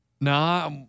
Nah